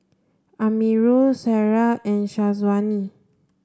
Amirul Sarah and Syazwani